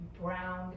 brown